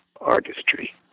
artistry